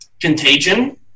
Contagion